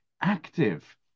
active